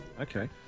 Okay